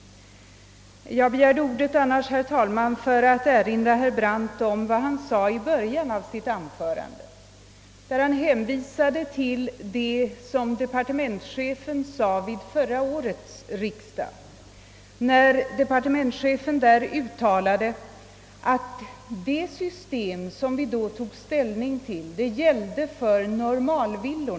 Jag begärde annars ordet, herr talman, för att erinra herr Brandt om vad han sade i början av sitt anförande, då han hänvisade till vad departementschefen yttrade vid förra årets riksdag, nämligen att det system som vi då tog ställning till skulle gälla för normalvillor.